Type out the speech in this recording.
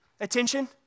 attention